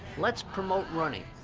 let's promote running.